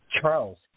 Charles